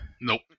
Nope